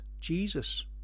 Jesus